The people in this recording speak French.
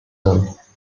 hommes